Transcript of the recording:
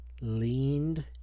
leaned